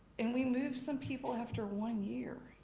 and we moved some people after one year,